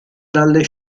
dalle